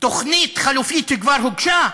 תוכנית חלופית כבר הוגשה.